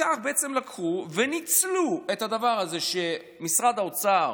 כך בעצם לקחו וניצלו את הדבר הזה שמשרד האוצר